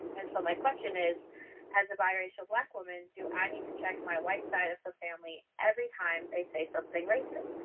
and so my question is as a biracial black woman, do i need to check my white side of the family every time they say something racist?